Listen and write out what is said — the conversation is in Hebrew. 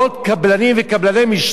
כל אחד בקטע מסוים,